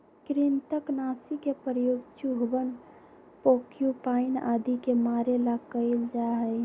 कृन्तकनाशी के प्रयोग चूहवन प्रोक्यूपाइन आदि के मारे ला कइल जा हई